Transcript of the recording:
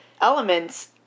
elements